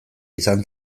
izan